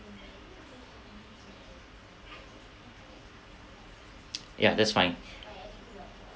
ya that's fine